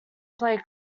play